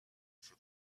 for